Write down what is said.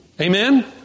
Amen